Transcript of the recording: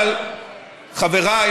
חבריי,